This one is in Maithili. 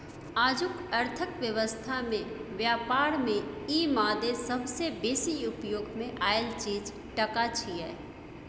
आजुक अर्थक व्यवस्था में ब्यापार में ई मादे सबसे बेसी उपयोग मे आएल चीज टका छिये